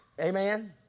Amen